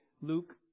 Luke